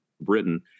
Britain